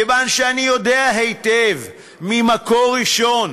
כיוון שאני יודע היטב, ממקור ראשון,